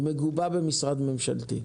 היא מגובה במשרד ממשלתי.